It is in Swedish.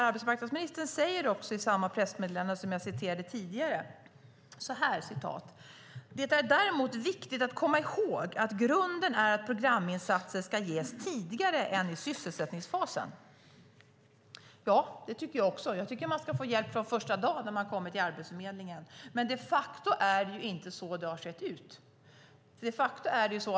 Arbetsmarknadsministern säger i samma pressmeddelande som jag tidigare citerade ur: "Det är däremot viktigt att komma ihåg att grunden är att programinsatser ska ges tidigare än i sysselsättningsfasen." Ja, det tycker jag också. Jag tycker att man ska få hjälp från första dagen när man kommer till Arbetsförmedlingen, men de facto är det inte så det har sett ut.